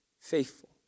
faithful